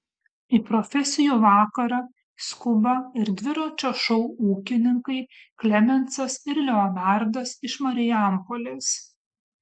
į profesijų vakarą skuba ir dviračio šou ūkininkai klemensas ir leonardas iš marijampolės